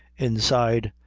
inside,